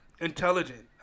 intelligent